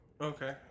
Okay